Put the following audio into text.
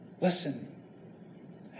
Listen